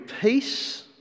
peace